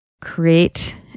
create